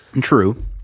true